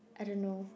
I don't know